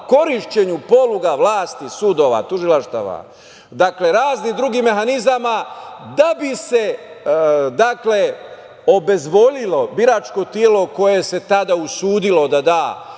korišćenju poluga vlasti, sudova, tužilaštava, dakle, raznih drugih mehanizama, da bi se obezvoljilo biračko telo koje se tada usudilo da da